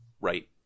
right